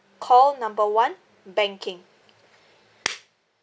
call number one banking